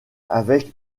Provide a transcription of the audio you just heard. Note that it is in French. avec